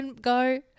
go